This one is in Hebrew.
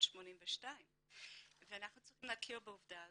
ב-1982 ואנחנו צריכים להכיר בעובדה הזאת.